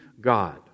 God